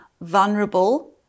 vulnerable